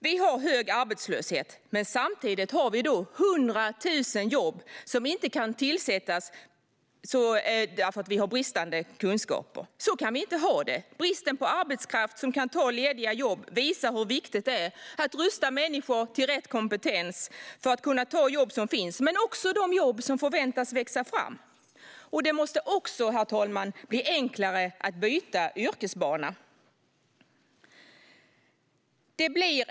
Vi har hög arbetslöshet, men samtidigt finns det 100 000 jobb som inte kan tillsättas därför att kunskaperna är bristande. Så kan vi inte ha det. Bristen på arbetskraft som kan ta de lediga jobben visar hur viktigt det är att rusta människor med rätt kompetens så att de kan ta de jobb som finns och de jobb som förväntas växa fram. Det måste också, herr talman, bli enklare att byta yrkesbana. Herr talman!